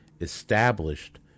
established